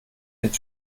mit